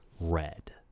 red